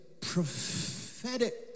prophetic